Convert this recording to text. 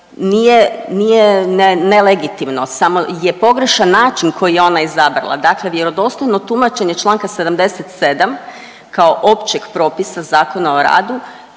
ne, nelegitimno samo je pogrešan način koji je ona izabrala, dakle vjerodostojno tumačenje čl. 77. kao općeg propisa Zakona o radu